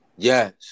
Yes